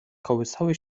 kołysały